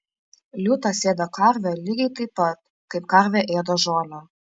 liūtas ėda karvę lygiai taip pat kaip karvė ėda žolę